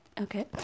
okay